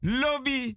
lobby